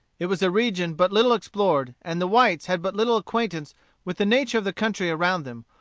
it was a region but little explored, and the whites had but little acquaintance with the nature of the country around them,